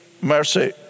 mercy